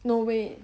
no wait